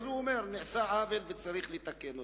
אז הוא אומר: נעשה עוול וצריך לתקן אותו,